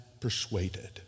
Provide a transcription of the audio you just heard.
persuaded